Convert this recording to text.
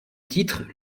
titre